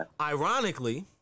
ironically